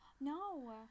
no